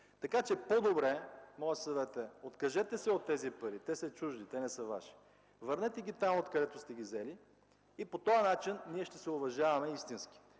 партия. По-добре е, и моят съвет е: откажете се от тези пари – те са чужди, те не са Ваши – върнете ги там, откъдето сте ги взели, и по този начин ние ще се уважаваме истински.